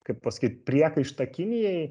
kaip pasakyt priekaištą kinijai